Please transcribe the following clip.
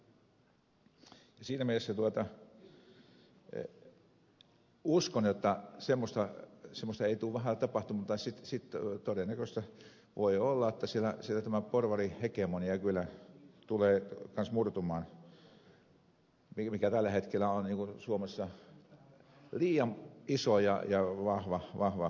siinä mielessä uskon että semmoista ei tule vähällä tapahtumaan tai sitten todennäköistä voi olla että siellä tämä porvarihegemonia kyllä tulee kanssa murtumaan mikä tällä hetkellä on suomessa liian iso ja vahva